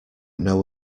know